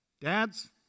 Dads